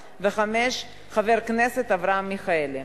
5. חבר הכנסת אברהם מיכאלי.